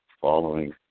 Following